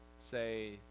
Say